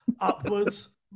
upwards